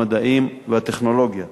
המדעים והטכנולוגיה.